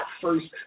first